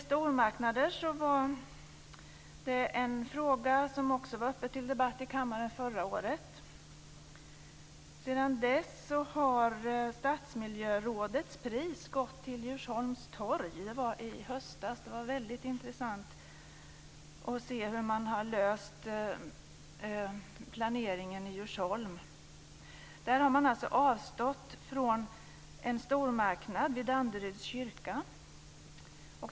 Stormarknader var också en fråga som var uppe till debatt i kammaren förra året. Sedan dess har Stadsmiljörådets pris gått till Djursholms torg. Det var i höstas. Det var väldigt intressant att se hur man har löst planeringen i Djursholm. Där har man avstått från en stormarknad vid Danderyds kyrka.